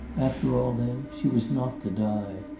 after all, then, she was not to die.